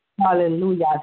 Hallelujah